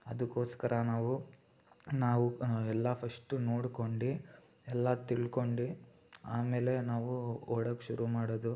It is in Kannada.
ಅದಕ್ಕೋಸ್ಕರ ನಾವು ನಾವು ಎಲ್ಲ ಫಶ್ಟು ನೋಡ್ಕೊಂಡು ಎಲ್ಲ ತಿಳ್ಕೊಂಡು ಆಮೇಲೆ ನಾವು ಓಡೋಕ್ಕೆ ಶುರು ಮಾಡೋದು